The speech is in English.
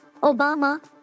Obama